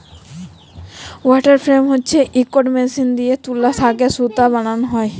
water frame হছে ইকট machine দিঁয়ে তুলা থ্যাকে সুতা বালাল হ্যয়